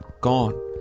gone